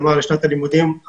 כלומר לשנת תשפ"א,